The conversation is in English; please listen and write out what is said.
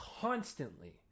constantly